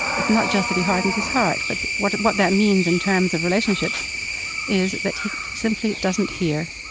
it's not just that he hardens his heart, but what what that means in terms of relationships is that he simply doesn't hear.